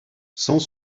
sans